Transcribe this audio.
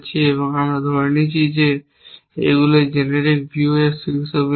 এবং আমরা এখানে ধরে নিচ্ছি যে এগুলো জেনেরিক ভিউ এবং এই শীর্ষবিন্দু